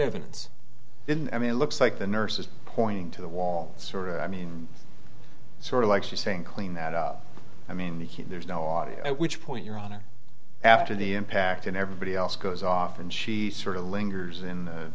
evidence in the i mean it looks like the nurses pointing to the wall sort of i mean sort of like she's saying clean that up i mean the huge there's no audio which point your honor after the impact and everybody else goes off and she sort of lingers in the